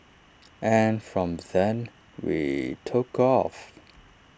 and from then we took off